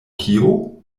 kio